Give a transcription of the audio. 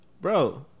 Bro